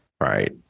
Right